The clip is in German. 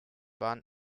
bahn